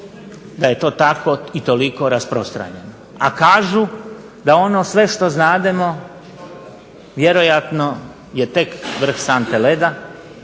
da je to tako i toliko rasprostranjeno. A kažu da ono sve što znademo vjerojatno je tek vrh sante leda